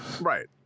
Right